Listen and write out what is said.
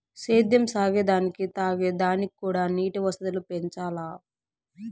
సేద్యం సాగే దానికి తాగే దానిక్కూడా నీటి వసతులు పెంచాల్ల